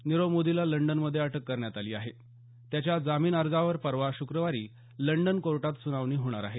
नीरव मोदीला लंडनमध्ये अटक करण्यात आली आहे त्याच्या जामीन अर्जावर परवा शुक्रवारी लंडन कोर्टात सुनावणी होणार आहे